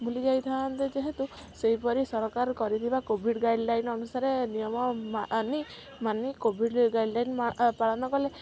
ଭୁଲି ଯାଇଥାନ୍ତେ ଯେହେତୁ ସେହିପରି ସରକାର କରିଥିବା କୋଭିଡ଼ି ଗାଇଡ଼ଲାଇନ ଅନୁସାରେ ନିୟମ ମାନି ମାନି କୋଭିଡ଼ି ଗାଇଡ଼ଲାଇନ ପାଳନ କଲେ